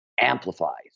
amplifies